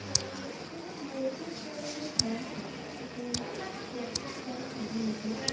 त मूंखे मुर्तियूं ठाहिण जो जाम शौंक़ु आहे मूंखे स्क्लप्टिंग करण जाम वणंदो आहे